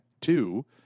two